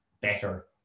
better